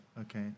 Okay